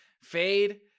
Fade